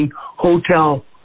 Hotel